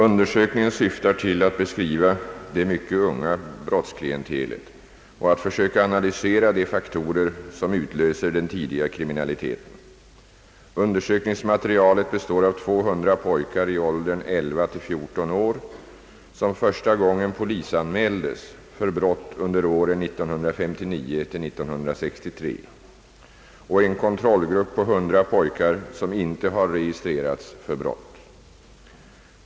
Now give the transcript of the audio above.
Undersökningen syftar till att beskriva det mycket unga brottsklientelet och att försöka analysera de faktorer som utlöser den tidiga kriminaliteten. Undersökningsmaterialet består av 200 pojkar i åldern 11—14 år som första gången polisanmäldes för brott under åren 1959—63 samt en kontrollgrupp på 100 pojkar som inte har registrerats för brott.